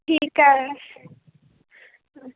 ਠੀਕ ਹੈ